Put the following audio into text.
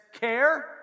care